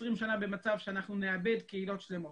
עשרים שנה נהיה במצב שאנחנו נאבד קהילות שלמות.